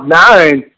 nine